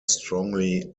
strongly